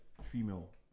female